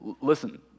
Listen